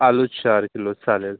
आलू चार किलो चालेल